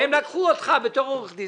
ואז הם לקחו אותך בתור עורך דין,